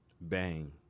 Bang